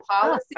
policy